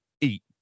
eat